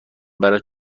برات